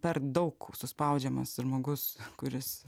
per daug suspaudžiamas žmogus kuris